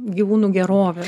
gyvūnų gerovę